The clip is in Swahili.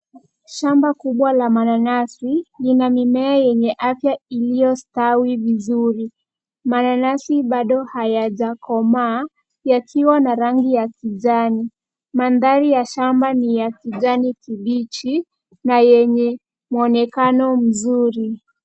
Shamba kubwa la mananasi lina mimea yenye afya iliostawi vizuri. Mananasi bado hayajakomaa yakiwa na rangi ya kijani. Mandhari ya shamba ni ya kijani kibichi na yenye mwonekano mzuri.